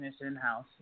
in-house